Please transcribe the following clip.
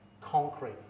concrete